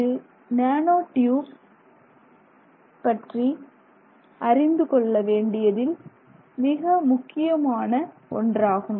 இது nano tube பற்றி அறிந்து கொள்ள வேண்டியதில் மிக முக்கியமான ஒன்றாகும்